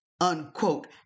unquote